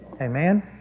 Amen